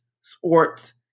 sports